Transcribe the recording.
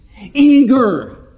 eager